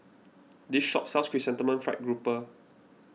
this shop sells Chrysanthemum Fried Grouper